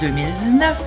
2019